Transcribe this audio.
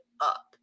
up